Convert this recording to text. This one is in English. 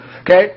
okay